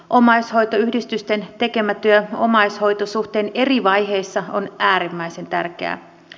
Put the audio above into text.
omaishoitoyhdistysten tekemä työ omaishoitosuhteen eri vaiheissa on äärimmäisen tärkeää